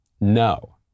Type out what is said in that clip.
No